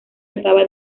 trataba